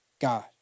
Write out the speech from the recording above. God